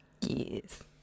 Yes